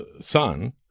son